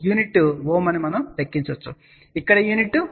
04 unit Ω అని లెక్కించవచ్చు ఇక్కడ యూనిట్ mho